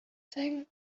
thing